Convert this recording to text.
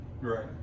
right